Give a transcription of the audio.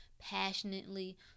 passionately